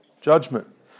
Judgment